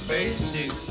Basic